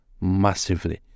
massively